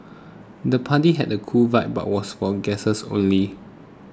the party had a cool vibe but was for guests only